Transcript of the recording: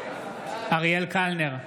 אריאל קלנר,